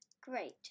Great